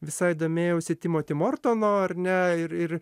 visai domėjausi timoty mortono ar ne ir ir